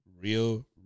real